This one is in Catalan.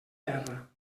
terra